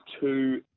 two